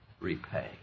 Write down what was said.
repay